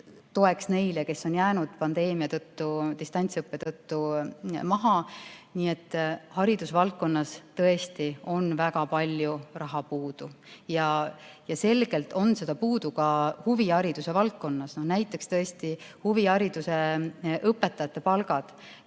toeks neile, kes on jäänud pandeemia tõttu, distantsõppe tõttu maha. Nii et haridusvaldkonnas tõesti on väga palju raha puudu. Ja selgelt on seda puudu ka huvihariduse valdkonnas, näiteks kas või huvihariduse õpetajate palgad.